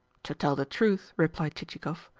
to tell the truth, replied chichikov,